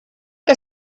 que